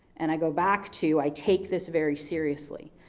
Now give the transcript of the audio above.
and i go back to, i take this very seriously,